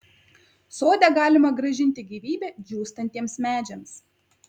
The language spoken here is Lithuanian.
sode galima grąžinti gyvybę džiūstantiems medžiams